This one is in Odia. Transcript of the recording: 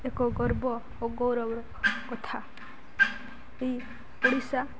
ଏକ ଗର୍ବ ଓ ଗୌରବର କଥା ଏଇ ଓଡ଼ିଶା